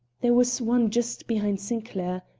there was one just behind sinclair.